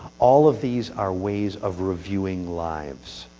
all of these are ways of reviewing lives.